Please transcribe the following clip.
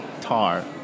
Tar